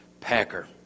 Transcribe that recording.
Packer